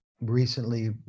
recently